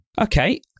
Okay